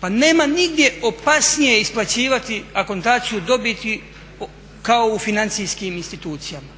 Pa nema nigdje opasnije isplaćivati akontaciju dobiti kao u financijskim institucijama.